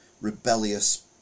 rebellious